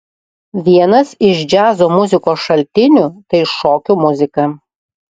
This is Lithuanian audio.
vienas iš džiazo muzikos šaltinių tai šokių muzika